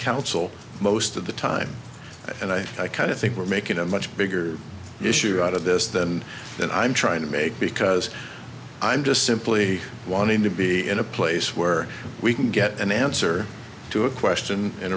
council most of the time and i kind of think we're making a much bigger issue out of this than that i'm trying to make because i'm just simply wanting to be in a place where we can get an answer to a question in